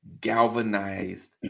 galvanized